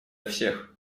всех